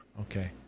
okay